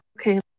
Okay